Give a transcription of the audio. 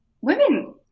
women